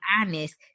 honest